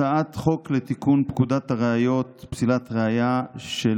הצעת חוק לתיקון פקודת הראיות (פסילת ראיה) של